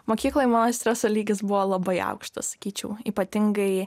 mokykloj mano streso lygis buvo labai aukštas sakyčiau ypatingai